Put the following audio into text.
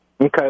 Okay